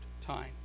time